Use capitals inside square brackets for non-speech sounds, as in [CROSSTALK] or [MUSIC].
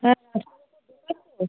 হ্যাঁ [UNINTELLIGIBLE]